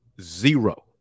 zero